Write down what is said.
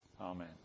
Amen